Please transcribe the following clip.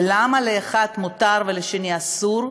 ולמה לאחד מותר ולשני אסור?